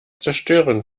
zerstören